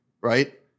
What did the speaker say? right